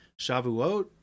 Shavuot